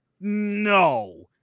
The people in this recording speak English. No